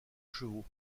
chevaux